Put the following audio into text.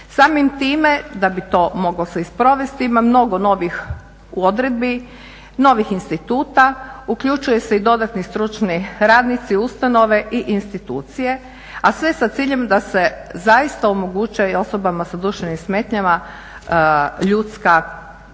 Samim time da bi to moglo se i sprovesti ima mnogo novih odredbi, novih instituta. Uključuju se i dodatni stručni radnici, ustanove i institucije, a sve sa ciljem da se zaista omogući osobama sa duševnim smetnjama ljudska prava